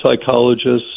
psychologists